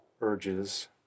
urges